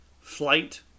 flight